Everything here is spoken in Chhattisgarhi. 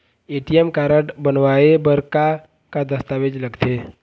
ए.टी.एम कारड बनवाए बर का का दस्तावेज लगथे?